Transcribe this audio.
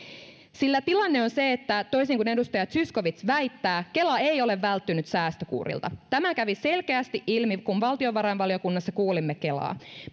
tilanne on se toisin kuin edustaja zyskowicz väittää että kela ei ole välttynyt säästökuurilta tämä kävi selkeästi ilmi kun valtiovarainvaliokunnassa kuulimme kelaa